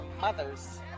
mother's